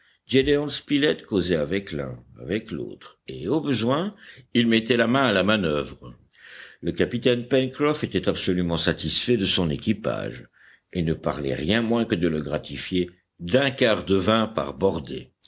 causait avec l'un avec l'autre et au besoin il mettait la main à la manoeuvre le capitaine pencroff était absolument satisfait de son équipage et ne parlait rien moins que de le gratifier d'un quart de vin par bordée